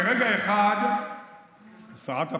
כל מה שהוא אומר זה, שרת הפנים